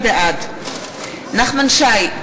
בעד נחמן שי,